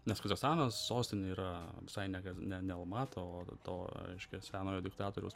nes kazachstano sostinė yra visai ne kad ne ne almata o to reiškia senojo diktatoriaus